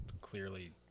clearly